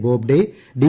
Bobde D